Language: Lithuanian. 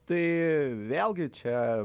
tai vėlgi čia